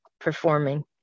performing